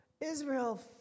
Israel